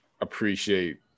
appreciate